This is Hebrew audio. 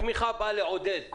התמיכה באה לעודד א',